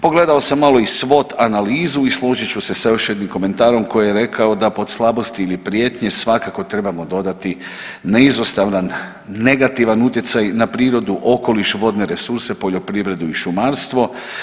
Pogledao sam malo i swot analizu i složit ću se sa još jednim komentarom koji je rekao da pod slabosti ili prijetnje svakako trebamo dodati neizostavan negativan utjecaj na prirodu, okoliš, vodne resurse, poljoprivredu i šumarstvo.